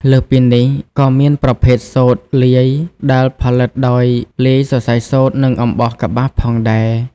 លើសពីនេះ ក៏មានប្រភេទ សូត្រលាយ ដែលផលិតដោយលាយសរសៃសូត្រនិងអំបោះកប្បាសផងដែរ។